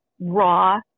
raw